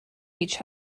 each